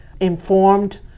informed